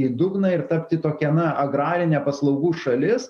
į dugną ir tapti tokia na agrarine paslaugų šalis